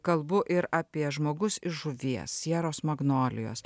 kalbu ir apie žmogus iš žuvies sieros magnolijos